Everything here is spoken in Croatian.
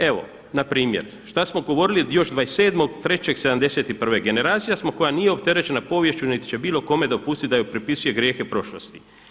Evo npr. šta smo govorili još 27.3.1971. generacija smo koja nije opterećena poviješću niti će bilo kome dopustiti da joj pripisuje grijehe prošlosti.